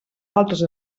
altres